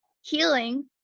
healing